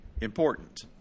important